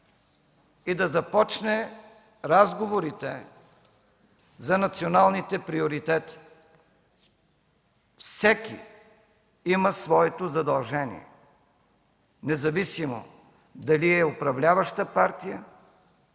и да започне разговорите за националните приоритети. Всеки има своето задължение, независимо дали е управляваща партия